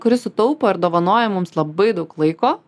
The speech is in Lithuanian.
kuris sutaupo ir dovanoja mums labai daug laiko